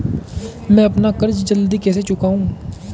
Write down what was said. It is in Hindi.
मैं अपना कर्ज जल्दी कैसे चुकाऊं?